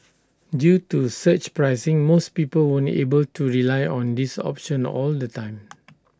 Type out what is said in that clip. due to surge pricing most people won't able to rely on this option all the time